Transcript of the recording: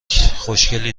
خوشگلی